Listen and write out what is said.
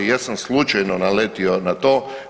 Ja sam slučajno naletio na to.